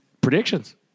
predictions